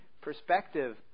perspective